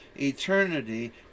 Eternity